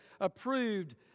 approved